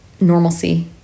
normalcy